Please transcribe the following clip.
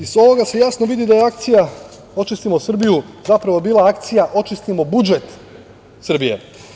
Iz ovoga se jasno vidi da je akcija „Očistimo Srbiju“ zapravo bila akcija očistimo budžet Srbije.